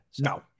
No